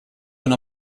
when